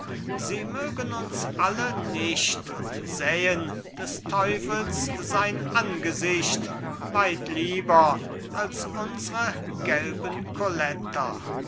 sie mögen uns alle nicht und sähen des teufels sein angesicht weit lieber als unsre gelben